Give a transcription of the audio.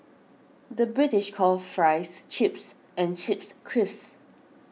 the British calls Fries Chips and Chips Crisps